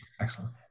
Excellent